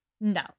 no